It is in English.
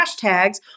hashtags